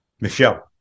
Michelle